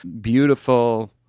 beautiful